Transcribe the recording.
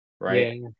right